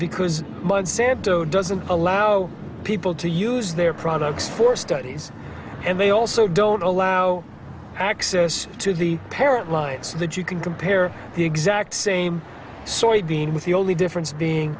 because monsanto doesn't allow people to use their products for studies and they also don't allow access to the parent light so that you can compare the exact same soybean with the only difference being